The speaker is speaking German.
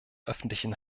öffentlichen